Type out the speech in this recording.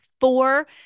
four